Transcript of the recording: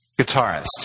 guitarist